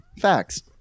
facts